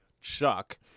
Chuck